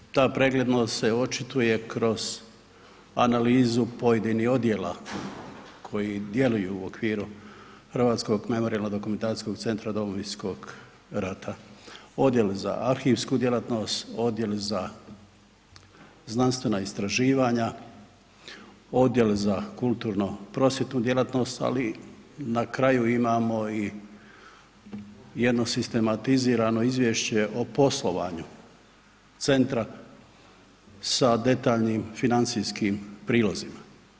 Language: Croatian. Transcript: Naime, ta preglednost se očituje kroz analizu pojedinih odjela koji djeluju u okviru Hrvatskog memorijalno-dokumentacijskog centra Domovinskog rata, Odjel za arhivsku djelatnost, Odjel za znanstvena istraživanja, Odjel za kulturno prosvjetnu djelatnost ali na kraju imamo i jedno sistematizirano izvješće o poslovanju centra sa detaljnim financijskim prilozima.